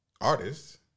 artist